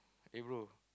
eh bro